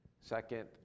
second